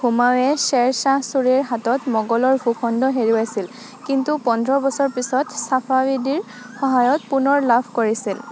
হুমায়ুয়ে শ্বেৰ শ্বাহ ছুৰীৰ হাতত মোগলৰ ভূখণ্ড হেৰুৱাইছিল কিন্তু পোন্ধৰ বছৰৰ পিছত ছাফাৱীডৰ সহায়ত পুনৰ লাভ কৰিছিল